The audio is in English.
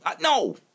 no